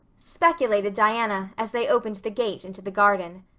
speculated diana as they opened the gate into the garden.